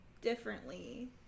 differently